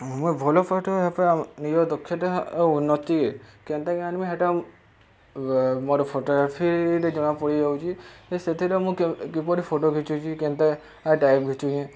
ମୁଇଁ ଭଲ ଫୋଟ ନିଜ ଦକ୍ଷତା ଆଉ ଉନ୍ନତି କେନ୍ତାକେ ଆଣମି ହେଟା ମୋର ଫଟୋଗ୍ରାଫିରେ ଜଣା ପଡ଼ିଯାଉଛି ଯେ ସେଥିରେ ମୁଁ କିପରି ଫଟୋ ଖିଚୁଛି କେନ୍ତା ଟାଇପ୍ ଖିଚୁଛି